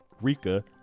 Rika